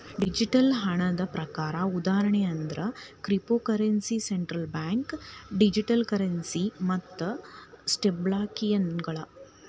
digital ಹಣದ ಪ್ರಕಾರ ಉದಾಹರಣಿ ಅಂದ್ರ cryptocurrency, central bank digital currency ಮತ್ತ ಸ್ಟೇಬಲ್ಕಾಯಿನ್ಗಳ